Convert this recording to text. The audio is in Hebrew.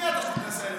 מי אתה שתתנשא עלינו?